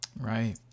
Right